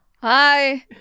Hi